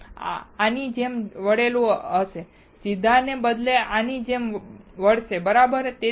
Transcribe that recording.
તે આની જેમ વળેલું હશે સીધાને બદલે તે આની જેમ વળશે બરાબર